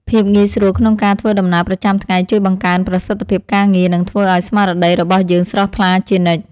ភាពងាយស្រួលក្នុងការធ្វើដំណើរប្រចាំថ្ងៃជួយបង្កើនប្រសិទ្ធភាពការងារនិងធ្វើឱ្យស្មារតីរបស់យើងស្រស់ថ្លាជានិច្ច។